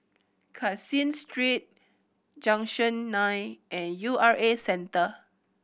Caseen Street Junction Nine and U R A Centre